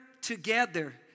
together